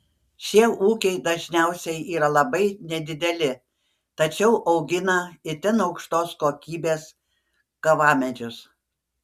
šie ūkiai dažniausiai yra labai nedideli tačiau augina itin aukštos kokybės kavamedžius